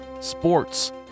sports